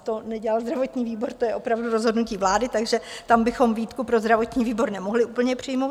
To nedělal zdravotní výbor, to je opravdu rozhodnutí vlády, takže tam bychom výtku pro zdravotní výbor nemohli úplně přijmout.